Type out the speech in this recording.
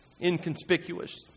inconspicuous